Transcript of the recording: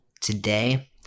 today